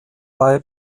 bei